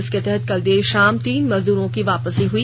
इसके तहत कल देर शाम तीन मजदूरों की वापसी हुई